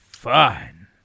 Fine